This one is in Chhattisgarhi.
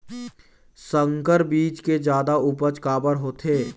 संकर बीज के जादा उपज काबर होथे?